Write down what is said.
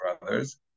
brothers